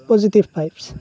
positive vibes